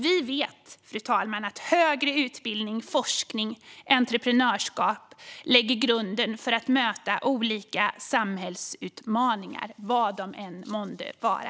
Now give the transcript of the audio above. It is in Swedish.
Vi vet, fru talman, att högre utbildning, forskning och entreprenörskap lägger grunden för att möta olika samhällsutmaningar - vad de än månde vara.